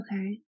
okay